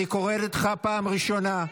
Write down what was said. אני קורא אותך פעם ראשונה.